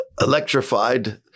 electrified